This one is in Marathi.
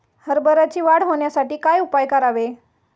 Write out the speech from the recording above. हरभऱ्याची वाढ होण्यासाठी काय उपाय करावे?